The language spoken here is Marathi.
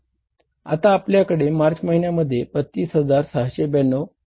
आता आपाल्याकडे मार्च महिन्यामध्ये 32692 रोख उरली आहे